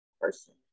person